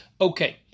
Okay